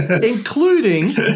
including